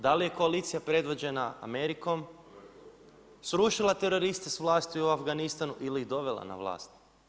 Da li je koalicija predvođena Amerikom, srušila teroriste s vlasti u Afganistanu ili ih dovela na vlast?